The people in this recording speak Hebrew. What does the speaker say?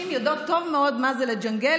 אנחנו הנשים יודעות טוב מאוד מה זה לג'נגל,